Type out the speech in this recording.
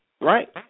right